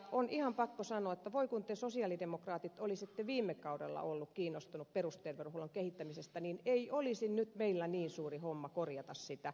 on ihan pakko sanoa että voi kun te sosialidemokraatit olisitte viime kaudella olleet kiinnostuneita perusterveydenhuollon kehittämisestä niin ei olisi nyt meillä niin suuri homma korjata sitä